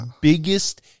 biggest